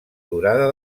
durada